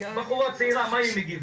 היא בחורה צעירה, אז איך היא מגיבה?